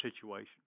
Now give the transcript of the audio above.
situation